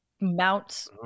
Mount